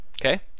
Okay